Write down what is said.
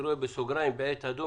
ושל מי שבא לסייע לנוסעים שבאים לארץ?